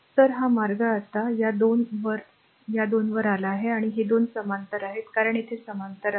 तर हा मार्ग आता या 2 वर या 2 वर आला आहे आणि हे 2 समांतर आहेत कारण तेथे समांतर आहेत